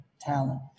talent